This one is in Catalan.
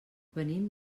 venim